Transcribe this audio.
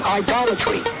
idolatry